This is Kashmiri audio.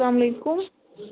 اَلسلامُ علیکُم